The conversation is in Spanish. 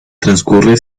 transcurre